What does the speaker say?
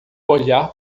olhar